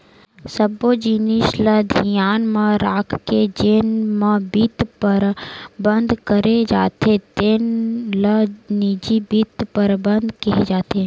सब्बो जिनिस ल धियान म राखके जेन म बित्त परबंध करे जाथे तेन ल निजी बित्त परबंध केहे जाथे